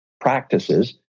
practices